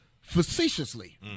facetiously